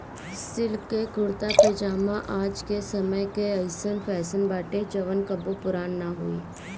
silk के कुरता पायजामा आज के समय कअ अइसन फैशन बाटे जवन कबो पुरान नाइ होई